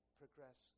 progress